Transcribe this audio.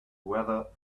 weather